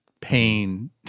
pain